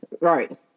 right